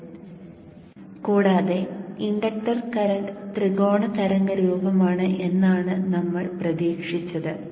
നമുക്ക് inductor current waveform plot IL നോക്കാം കൂടാതെ ഇൻഡക്ടർ കറന്റ് ത്രികോണ തരംഗ രൂപമാണ് എന്നാണ് നമ്മൾ പ്രതീക്ഷിച്ചത്